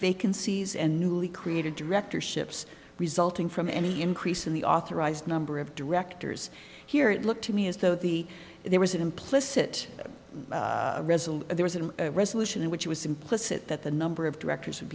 vacancies and newly created directorships resulting from any increase in the authorized number of directors here it looked to me as though the there was an implicit resolute there was a resolution which was implicit that the number of directors would